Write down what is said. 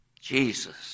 Jesus